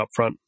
upfront